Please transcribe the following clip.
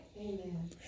Amen